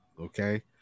okay